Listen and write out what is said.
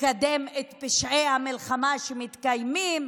לקדם את פשעי המלחמה שמתקיימים,